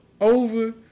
over